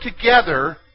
together